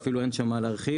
ואפילו אין שם מה להרחיב.